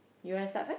you want to start first